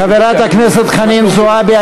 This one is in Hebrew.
חברת הכנסת חנין זועבי,